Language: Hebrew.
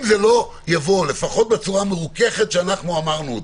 אם זה לא יבוא לפחות בצורה המרוככת שאנחנו אמרנו,